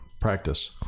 practice